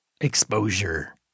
exposure